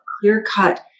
clear-cut